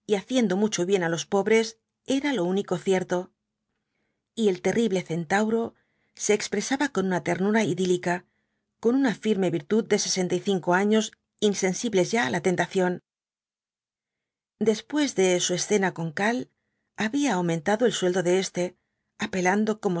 y haciendo mucho bien á los pobres era lo único cierto y el terrible centauro se expresaba con una ternura idílica con una firme virtud de sesenta y cinco años insensibles ya á la tentación después de su escena con karl había aumentado el sueldo de éste apelando